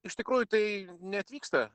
iš tikrųjų tai neatvyksta